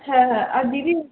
হ্যাঁ হ্যাঁ আর দিদি